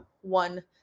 one